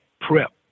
prep